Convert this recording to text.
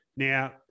Now